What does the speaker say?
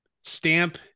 Stamp